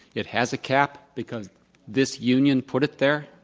it has a cap because this union put it there.